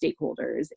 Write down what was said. stakeholders